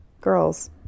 girls